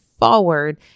forward